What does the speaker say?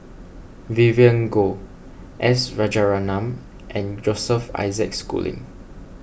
Vivien Goh S Rajaratnam and Joseph Isaac Schooling